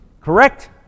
Correct